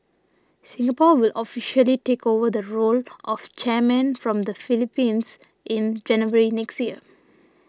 Singapore will officially take over the role of chairman from the Philippines in January next year